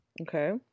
Okay